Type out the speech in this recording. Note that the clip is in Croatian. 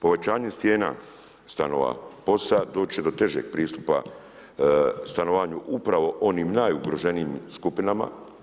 Povećanje cijena stanova POS-a doći će do težeg pristupa stanovanju upravo onim najugroženijim skupinama.